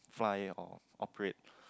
fly or operate